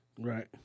Right